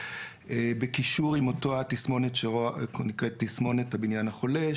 בקישור עם אותה תסמונת שנקראת תסמונת הבניין החולה.